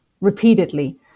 repeatedly